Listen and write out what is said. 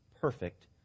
perfect